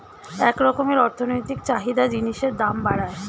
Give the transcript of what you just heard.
এক রকমের অর্থনৈতিক চাহিদা জিনিসের দাম বাড়ায়